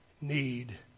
need